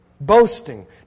boasting